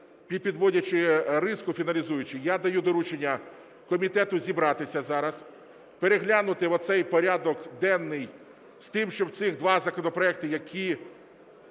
підводячи риску, фіналізуючи, я даю доручення комітету зібратися зараз, переглянути оцей порядок денний з тим, щоб цих два законопроекти, які